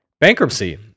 bankruptcy